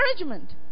encouragement